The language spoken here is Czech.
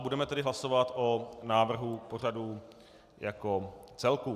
Budeme tedy hlasovat o návrhu pořadu jako celku.